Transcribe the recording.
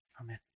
Amen